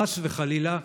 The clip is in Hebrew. חס וחלילה,